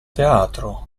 teatro